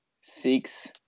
six